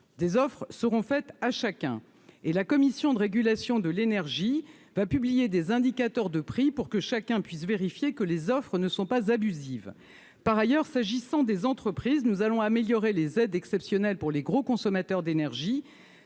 des offres seront faites à chacun, et la Commission de régulation de l'énergie va publier des indicateurs de prix pour que chacun puisse vérifier que les offres ne sont pas abusive par ailleurs s'agissant des entreprises, nous allons améliorer les aides exceptionnelles pour les gros consommateurs d'énergie,